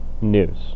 news